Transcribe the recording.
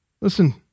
listen